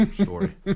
story